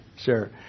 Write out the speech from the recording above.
Sure